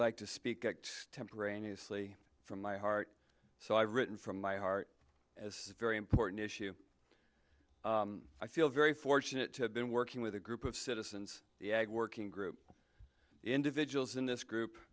like to speak extemporaneously from my heart so i've written from my heart as a very important issue i feel very fortunate to have been working with a group of citizens the ag working group individuals in this group